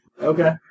Okay